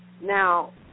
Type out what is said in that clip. Now